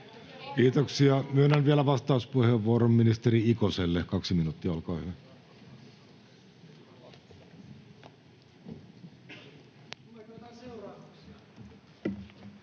Kiitoksia. — Myönnän vielä vastauspuheenvuoron ministeri Ikoselle. Kaksi minuuttia, olkaa hyvä.